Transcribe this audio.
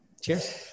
Cheers